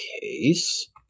case